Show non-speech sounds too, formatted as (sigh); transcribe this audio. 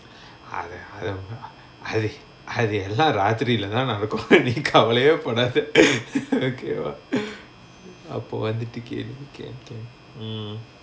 அத அத விட்டுமா அது அது எல்லா ராத்திரில தான் நடக்கும்:atha atha vittumaa athu athu ellaa raathirila thaan nadakum (laughs) நீ கவலயே படாத:nee kavalayae padaatha (laughs) ok வா அப்போ வந்துட்டு:vaa appo vanthutu can can can mm